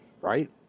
right